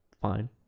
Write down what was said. fine